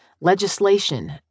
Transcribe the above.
legislation